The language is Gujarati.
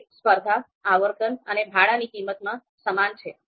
તે સ્પર્ધા આવર્તન અને ભાડાની કિંમતમાં સમાન છે